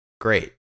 great